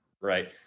right